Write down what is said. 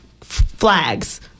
flags